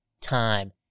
time